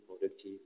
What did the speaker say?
productive